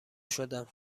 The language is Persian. شدم